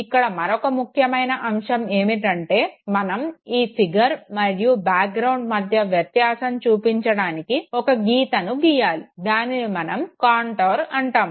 ఇక్కడ మరొక ముఖ్యమైన అంశం ఏమిటంటే మనం ఈ ఫిగర్ మరియు బ్యాక్ గ్రౌండ్ మధ్య వ్యత్యాసం చూపించడానికి ఒక గీతను గీయాలి దానిని మనం కాంటోర్ అంటాము